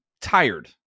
tired